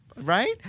Right